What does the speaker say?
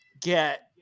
get